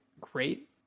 great